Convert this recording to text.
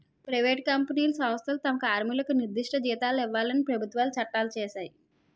private కంపెనీలు సంస్థలు తమ కార్మికులకు నిర్దిష్ట జీతాలను ఇవ్వాలని ప్రభుత్వాలు చట్టాలు చేశాయి